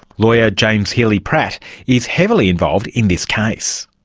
lawyer james healy-pratt is heavily involved in this case.